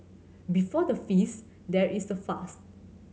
before the feast there is the fast